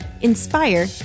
inspire